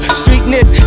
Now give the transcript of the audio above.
streetness